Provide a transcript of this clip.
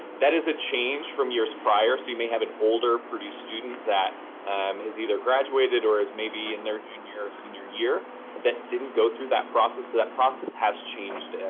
that is a change from years prior. so you may have an older purdue student that has either graduated or is maybe in their junior or senior year that didn't go through that process, so that process has changed. and